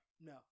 No